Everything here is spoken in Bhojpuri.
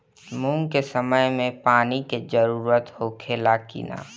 मूंग के समय मे पानी के जरूरत होखे ला कि ना?